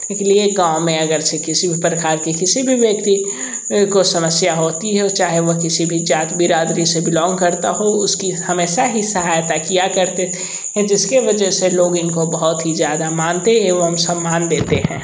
के लिए गाँव में अगर से किसी भी प्रकार की किसी भी व्यक्ति को समस्या होती है चाहे वह किसी भी जात बिरादरी से बिलॉन्ग करता हो उसकी हमेशा ही सहायता किया करते जिसके वजह से लोग इनको बहुत ही ज़्यादा मानते एवं सम्मान देते हैं